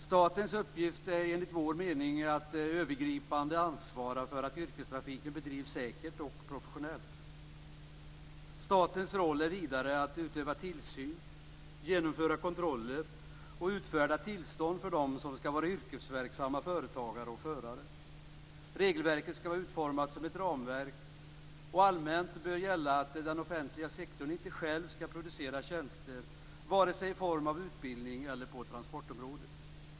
Statens uppgift är enligt vår mening att övergripande ansvara för att yrkestrafiken bedrivs säkert och professionellt. Statens roll är vidare att utöva tillsyn, genomföra kontroller och utfärda tillstånd för dem som skall vara yrkesverksamma företagare och förare. Regelverket skall vara utformat som ett ramverk, och allmänt bör gälla att den offentliga sektorn inte själv skall producera tjänster, vare sig i form av utbildning eller på transportområdet.